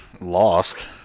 lost